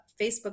Facebook